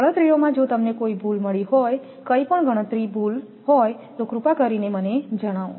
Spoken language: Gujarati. ગણતરીઓમાં જો તમને કોઈ ભૂલ મળી હોય કંઈપણ ગણતરી ભૂલ તો કૃપા કરીને મને જણાવો